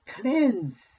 cleanse